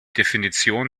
definition